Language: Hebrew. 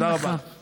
תודה רבה לך,